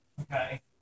Okay